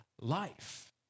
life